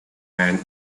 and